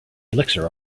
elixir